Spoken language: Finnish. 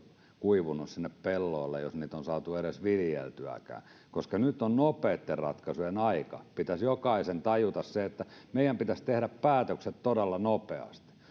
kuivuneet sinne pelloille jos niitä on saatu edes viljeltyäkään nyt on nopeitten ratkaisujen aika ja pitäisi jokaisen tajuta että meidän pitäisi tehdä päätökset todella nopeasti ja